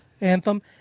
Anthem